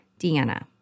Deanna